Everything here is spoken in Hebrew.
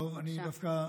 בבקשה.